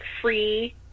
free